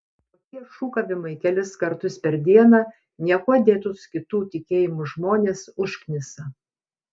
tokie šūkavimai kelis kartus per dieną niekuo dėtus kitų tikėjimų žmones užknisa